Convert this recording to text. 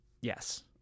Yes